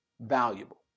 valuable